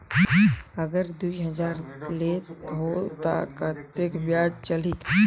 अगर दुई हजार लेत हो ता कतेक ब्याज चलही?